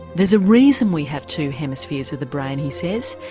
there's a reason we have two hemispheres of the brain he says,